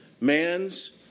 man's